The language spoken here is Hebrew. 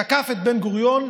תקף את בן-גוריון,